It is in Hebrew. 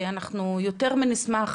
ואנחנו יותר מנשמח